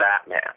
Batman